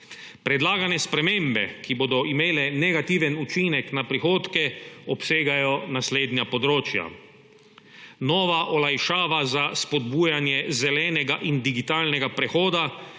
Predlagane spremembe, ki bodo imele negativen učinek na prihodke, obsegajo naslednja področja: nova olajšava za spodbujanje zelenega in digitalnega prehoda,